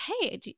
hey